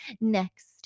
next